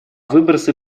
выбросы